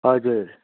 हजुर